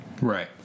Right